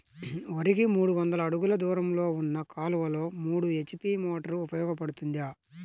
వరికి మూడు వందల అడుగులు దూరంలో ఉన్న కాలువలో మూడు హెచ్.పీ మోటార్ ఉపయోగపడుతుందా?